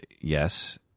yes